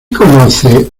conoce